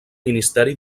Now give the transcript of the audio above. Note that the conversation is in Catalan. ministeri